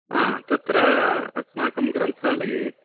हा तत्र अस्माकं ग्रन्थालये